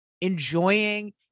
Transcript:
enjoying